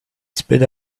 spit